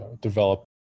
develop